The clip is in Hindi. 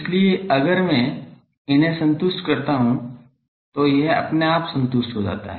इसलिए अगर मैं इन्हें संतुष्ट करता हूं तो यह अपने आप संतुष्ट हो जाता है